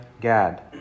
Gad